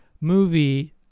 movie